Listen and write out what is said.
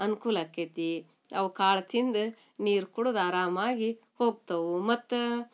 ಅನುಕೂಲ ಆಕೈತಿ ಅವ ಕಾಳು ತಿಂದು ನೀರು ಕುಡ್ದು ಆರಾಮಾಗಿ ಹೋಗ್ತವು ಮತ್ತು